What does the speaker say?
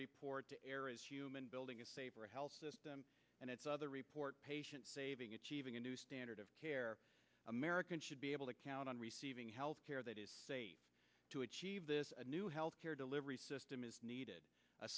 report to err is human building a safer health system and its other report patient saving achieving a new standard of care americans should be able to count on receiving health care that is to achieve this new health care delivery system is needed a